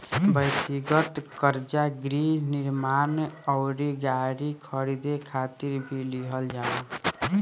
ब्यक्तिगत कर्जा गृह निर्माण अउरी गाड़ी खरीदे खातिर भी लिहल जाला